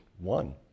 one